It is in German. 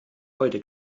heute